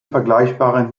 vergleichbaren